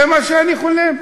זה מה שאני חולם.